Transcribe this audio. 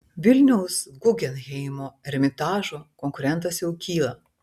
vilniaus guggenheimo ermitažo konkurentas jau kyla